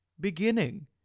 beginning